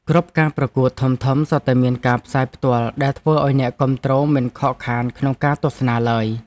គ្រប់ការប្រកួតធំៗសុទ្ធតែមានការផ្សាយផ្ទាល់ដែលធ្វើឱ្យអ្នកគាំទ្រមិនខកខានក្នុងការទស្សនាឡើយ។